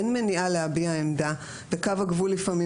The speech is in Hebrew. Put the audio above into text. אין מניעה להביע עמדה וקו הגבול לפעמים